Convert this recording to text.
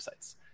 websites